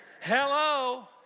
Hello